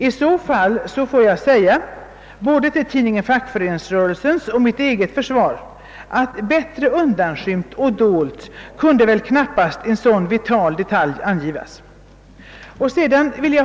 I så fall får jag säga till både tidningen Fackföreningsrörelsens och mitt eget försvar, att bättre undanskymd och dold kunde knappast en så viktig detalj anges.